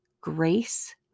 Grace